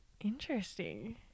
Interesting